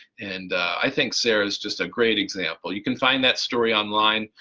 and i think sarah's just a great example. you can find that story online.